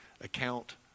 account